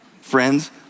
friends